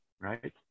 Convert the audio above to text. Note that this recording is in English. right